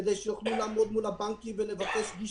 כדי שיוכלו לעמוד מול הבנקים ולבקש גישור.